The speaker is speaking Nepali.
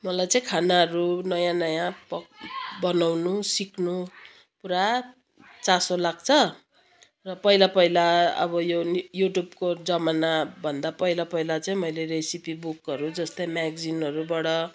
मलाई चाहिँ खानाहरू नयाँ नयाँ पक बनाउनु सिक्नु पुरा चासो लाग्छ र पैला पैला अब यो युट्युबको जमानाभन्दा पहिला पहिला चाहिँ मैले रेसिपी बुकहरू जस्तै म्यागजिनहरूबाट